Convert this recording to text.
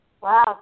Wow